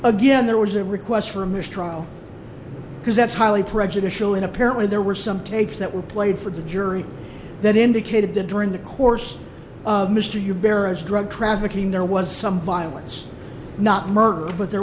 again there was a request for a mistrial because that's highly prejudicial and apparently there were some tapes that were played for the jury that indicated that during the course of mr hugh bures drug trafficking there was some violence not murder but there